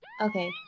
Okay